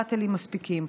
שאטלים מספיקים.